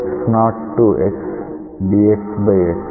x0xdxxt1ta12t